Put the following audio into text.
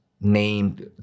named